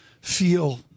feel